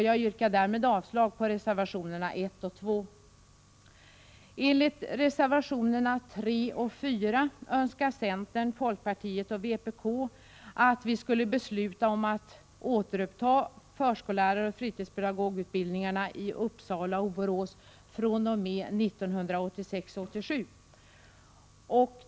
Jag yrkar därmed avslag på reservationerna 1 och 2. Enligt reservationerna 3 och 4 önskar centern, folkpartiet och vpk att vi skall besluta om att återuppta förskolläraroch fritidspedagogutbildningarna i Uppsala och Borås fr.o.m. 1986/87.